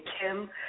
Kim